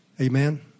Amen